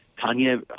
Tanya